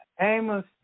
Amos